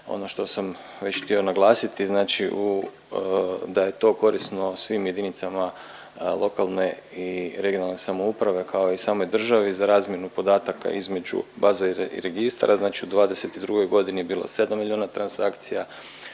ono što sam već htio naglasiti znači da je to korisno svim jedinicama lokalne i regionalne samouprave kao i samoj državi za razmjenu podataka između baza i registara. Znači u 2022. godini je bilo 7 milijona transakcija,